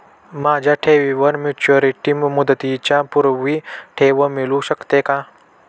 माझ्या ठेवीवर मॅच्युरिटी मुदतीच्या पूर्वी ठेव मिळू शकते का?